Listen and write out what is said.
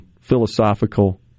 philosophical